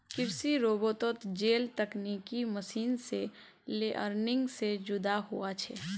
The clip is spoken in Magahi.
कृषि रोबोतोत जेल तकनिकी मशीन छे लेअर्निंग से जुदा हुआ छे